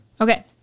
Okay